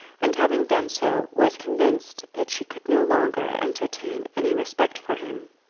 and having done so was convinced that she could no longer entertain any respect for him.